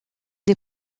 des